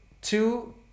two